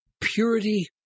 purity